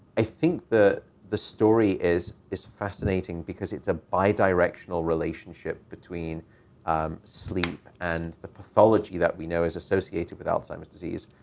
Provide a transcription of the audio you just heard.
i think that the story is is fascinating because it's a bi-directional relationship between sleep. and the pathology that we know is associated with alzheimer's disease.